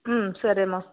సరేమా